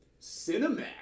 Cinemax